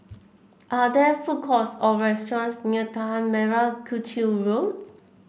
are there food courts or restaurants near Tanah Merah Kechil Road